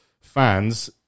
Fans